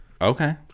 Okay